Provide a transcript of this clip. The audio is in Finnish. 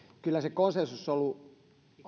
kyllä se konsensus on ollut